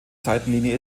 seitenlinie